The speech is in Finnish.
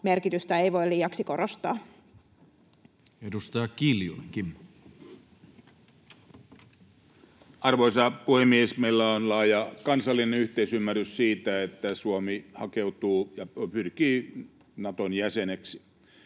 merkitystä ei voi liiaksi korostaa. Edustaja Kiljunen, Kimmo. Arvoisa puhemies! Meillä on laaja kansallinen yhteisymmärrys siitä, että Suomi hakeutuu ja pyrkii Naton jäseneksi.